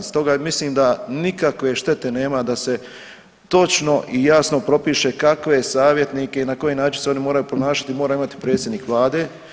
Stoga mislim da nikakve štete nema da se točno i jasno propiše kakve savjetnike i na koji način se oni moraju ponašati mora imati predsjednik vlade.